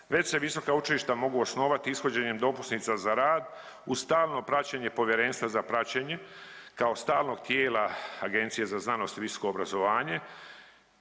već se visoka učilišta mogu osnovati ishođenjem dopusnica za rad uz stalno praćenje Povjerenstva za praćenje kao stalnog tijela Agencije za znanost i visoko obrazovanje,